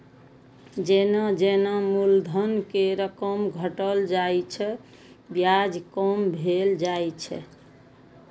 जेना जेना मूलधन के रकम घटल जाइ छै, ब्याज कम भेल जाइ छै